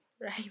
right